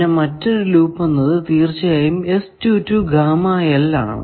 പിന്നെ മറ്റൊരു ലൂപ്പ് എന്നത് തീർച്ചയായും ആണ്